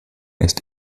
ist